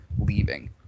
leaving